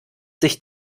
sich